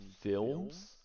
films